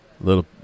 little